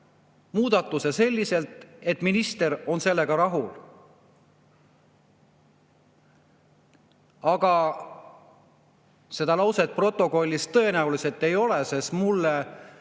muudatuse selliselt, et minister on sellega rahul. Seda lauset protokollis tõenäoliselt ei ole. Kuigi